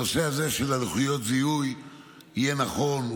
הנושא הזה של לוחיות הזיהוי יהיה נכון.